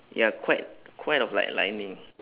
ya quite quite of like lining